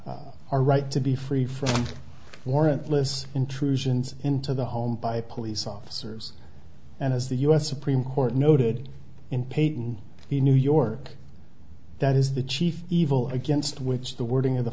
our right to be free from warrantless intrusions into the home by police officers and as the us supreme court noted in peyton the new york that is the chief evil against which the wording of the